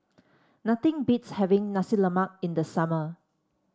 nothing beats having Nasi Lemak in the summer